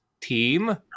team